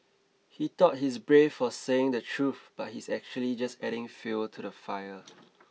he thought he's brave for saying the truth but he's actually just adding fuel to the fire